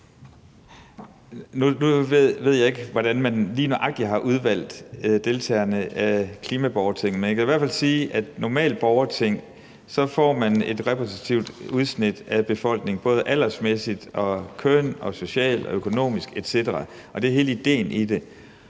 Nu ved jeg ikke, hvordan man lige nøjagtig har udvalgt deltagerne af klimaborgertinget, men jeg kan i hvert fald sige, at når der er tale om et normalt borgerting, får man et repræsentativt udsnit af befolkningen, hvad angår både alder, køn, socialt, økonomisk etc., og det er hele idéen med det.